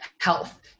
health